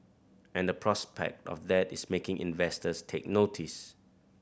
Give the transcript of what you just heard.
and the prospect of that is making investors take notice